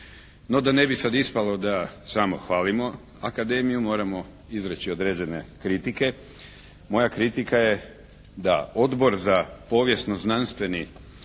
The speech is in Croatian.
No, da ne bi sada ispalo da samo hvalimo akademiju moramo izreći određene kritike. Moja kritika je da Odbor za povijesne znanosti